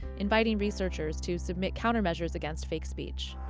inviting researchers to submit countermeasures against fake speech.